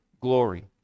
glory